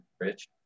Rich